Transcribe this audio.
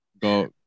Go